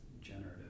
generative